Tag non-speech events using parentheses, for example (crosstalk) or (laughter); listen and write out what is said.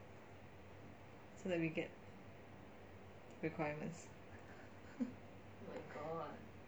so that we get requirements (laughs)